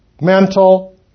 mental